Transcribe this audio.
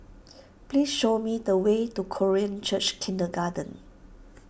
please show me the way to Korean Church Kindergarten